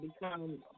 become